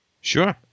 sure